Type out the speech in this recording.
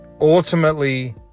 ultimately